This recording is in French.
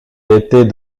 était